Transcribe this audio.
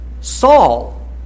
Saul